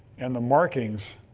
and the markings